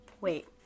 Wait